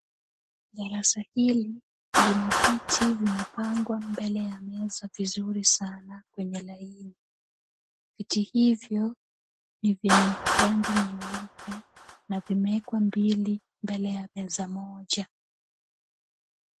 Darasa hili lina viti vimepangwa mbele ya meza vizuri sana kwenye laini. Viti hivyo ni vyenye rangi nyeupe na vimewekwa mbili mbele ya meza moja.